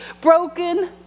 broken